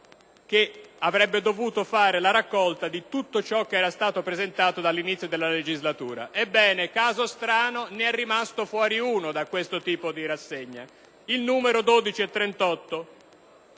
che avrebbe dovuto raccogliere tutto ciò che era stato presentato dall'inizio della legislatura. Ebbene, caso strano, è rimasto fuori da questo tipo di rassegna il disegno di legge